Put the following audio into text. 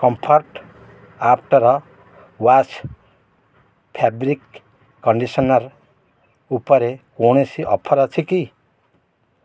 comfort after wash fabric conditioner ଉପରେ କୌଣସି offer ଅଛି କି